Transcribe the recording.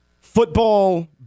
Football